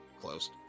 closed